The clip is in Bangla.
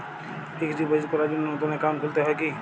ফিক্স ডিপোজিট করার জন্য নতুন অ্যাকাউন্ট খুলতে হয় কী?